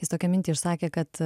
jis tokią mintį išsakė kad